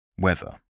Weather